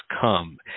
come